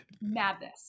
madness